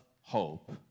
hope